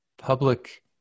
public